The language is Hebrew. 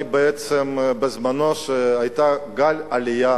אני בעצם, בזמנו, כשהיה גל עלייה